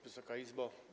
Wysoka Izbo!